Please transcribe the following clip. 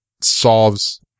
solves